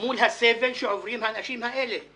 מול הסבל שעוברים האנשים האלה.